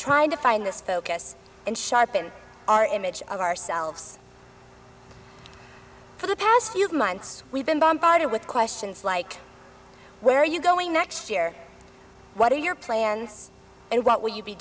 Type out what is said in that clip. trying to find this focus and sharpen our image of ourselves for the past few months we've been bombarded with questions like where are you going next year what are your plans and what will you be